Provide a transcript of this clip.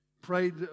prayed